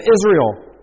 Israel